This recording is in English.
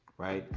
right?